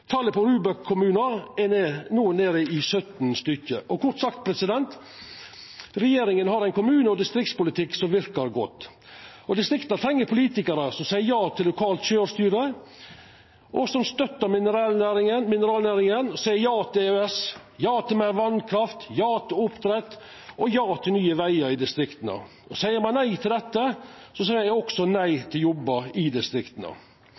Talet på ROBEK-kommunar er no nede i 17. Kort sagt: Regjeringa har ein kommune- og distriktspolitikk som verkar godt. Distrikta treng politikarar som seier ja til lokalt sjølvstyre, og som støttar mineralnæringa, seier ja til EØS, ja til meir vasskraft, ja til oppdrett og ja til nye vegar i distrikta. Seier me nei til dette, seier me også nei til jobbar i distrikta.